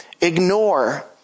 ignore